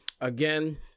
Again